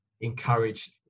encouraged